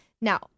now